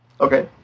Okay